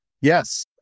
Yes